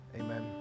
amen